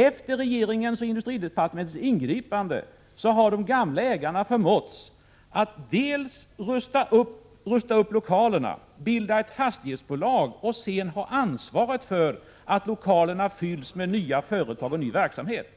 Efter regeringens och industridepartementets ingripande har de gamla ägarna förmåtts att dels rusta upp lokalerna, dels bilda ett fastighetsbolag och dels ta ansvaret för att lokalerna fylls med nya företag och ny verksamhet.